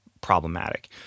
problematic